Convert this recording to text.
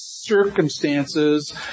circumstances